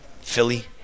Philly